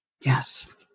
Yes